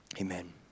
Amen